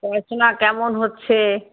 পড়াশোনা কেমন হচ্ছে